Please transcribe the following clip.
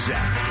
Zach